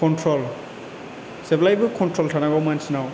control जेब्लाबो control थानांगौ मानसिनाव